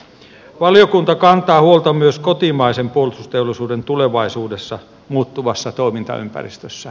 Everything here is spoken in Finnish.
valiokunta kantaa huolta myös kotimaisen puolustusteollisuuden tulevaisuudesta muuttuvassa toimintaympäristössä